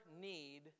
need